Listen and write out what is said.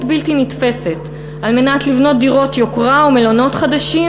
בלתי נתפסת כדי לבנות דירות יוקרה ומלונות חדשים,